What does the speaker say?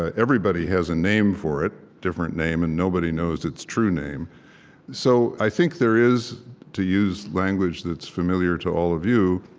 ah everybody has a name for it different name and nobody knows its true name so i think there is to use language that's familiar to all of you,